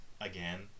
again